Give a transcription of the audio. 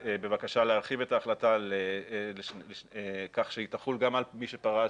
בבקשה להרחיב את ההחלטה כך שהיא תחול גם על מי שפרש